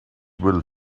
will